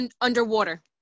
underwater